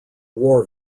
war